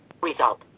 Result